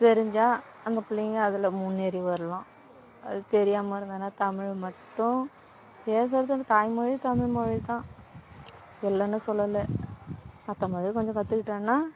தெரிஞ்சால் அந்த பிள்ளைங்க அதில் முன்னேறி வரலாம் அது தெரியாமல் இருந்ததுனா தமிழ் மட்டும் பேசுறது வந்து தாய்மொழி தமிழ்மொழி தான் இல்லைன்னு சொல்லலை மற்ற மொழி கொஞ்சம் கற்றுக்கிட்டோனா